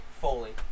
Foley